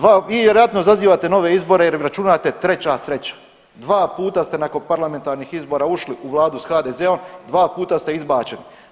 Vi vjerojatno zazivate nove izbore jer računate treća sreća, dva puta ste nakon parlamentarnih izbora ušli u vladu s HDZ-om dva puta ste izbačeni.